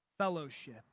fellowship